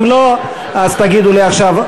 אם לא, אז תגידו לי עכשיו.